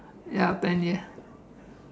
ya ten years